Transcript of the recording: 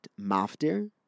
Maftir